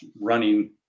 running